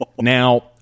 Now